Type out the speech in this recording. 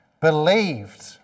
believed